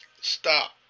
stop